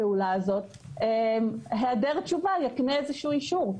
הפעולה הזאת היעדר תשובה יקנה איזשהו אישור.